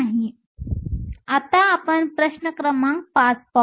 तर आता आपण प्रश्न क्रमांक 5 पाहू